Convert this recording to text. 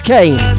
Kane